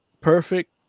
perfect